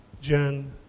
Jen